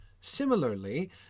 Similarly